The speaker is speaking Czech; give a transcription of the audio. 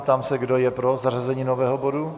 Ptám se, kdo je pro zařazení nového bodu.